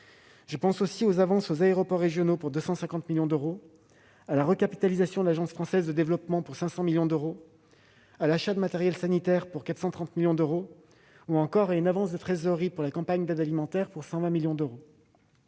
Je pense aussi aux avances aux aéroports régionaux pour 250 millions d'euros, à la recapitalisation de l'Agence française de développement pour 500 millions d'euros, à l'achat de matériel sanitaire pour 430 millions d'euros et à une avance de trésorerie pour la campagne de l'aide alimentaire pour 120 millions d'euros.